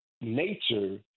nature